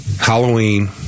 Halloween